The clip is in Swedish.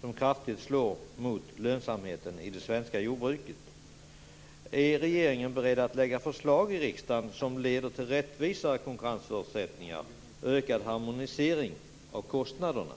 som kraftigt slår mot lönsamheten i det svenska jordbruket, är regeringen beredd att lägga fram förslag i riksdagen som leder till rättvisare konkurrensförutsättningar och ökad harmonisering av kostnaderna?